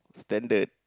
standard